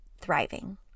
thriving